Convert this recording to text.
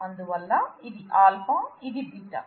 అందువల్ల ఇది α ఇది β